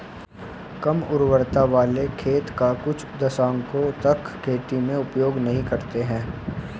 कम उर्वरता वाले खेत का कुछ दशकों तक खेती में उपयोग नहीं करते हैं